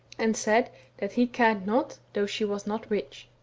and said that he cared not though she was not rich.